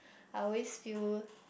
I always feel